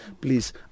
please